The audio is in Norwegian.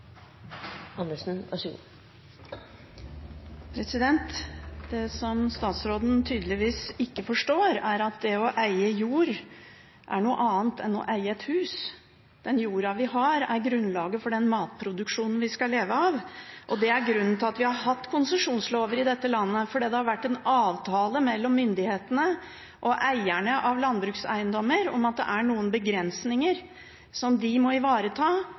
Det som statsråden tydeligvis ikke forstår, er at det å eie jord er noe annet enn det å eie et hus. Den jorda vi har, er grunnlaget for den matproduksjonen vi skal leve av, og det er grunnen til at vi har hatt konsesjonslover i dette landet. Det har vært en avtale mellom myndighetene og eierne av landbrukseiendommer om at det er noen begrensninger som de må ivareta.